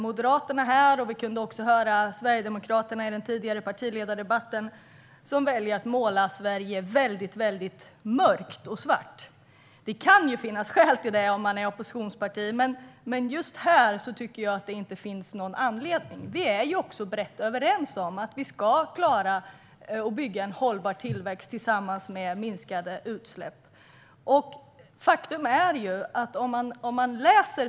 Moderaterna - och vi kunde höra det från Sverigedemokraterna i partiledardebatten tidigare - väljer att måla Sverige mörkt och svart. Det kan finnas skäl till det om man är oppositionsparti, men just här tycker jag inte att det finns någon anledning. Vi är också brett överens om att vi ska klara att bygga en hållbar tillväxt tillsammans med minskade utsläpp.